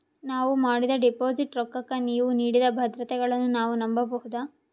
ನಾವು ಮಾಡಿದ ಡಿಪಾಜಿಟ್ ರೊಕ್ಕಕ್ಕ ನೀವು ನೀಡಿದ ಭದ್ರತೆಗಳನ್ನು ನಾವು ನಂಬಬಹುದಾ?